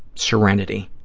serenity,